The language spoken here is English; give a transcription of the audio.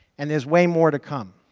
and there's way more to come,